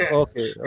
okay